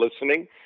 listening